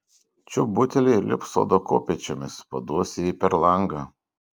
čiupk butelį ir lipk sodo kopėčiomis paduosi jai per langą